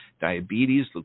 diabetes